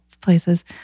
places